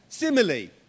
Similarly